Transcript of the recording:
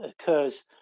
occurs